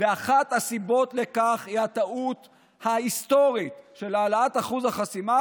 ואחת הסיבות לכך היא הטעות ההיסטורית של העלאת אחוז החסימה,